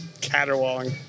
Caterwauling